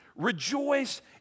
Rejoice